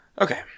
Okay